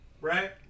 Right